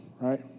right